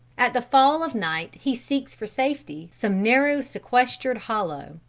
at the fall of night he seeks for safety some narrow sequestered hollow,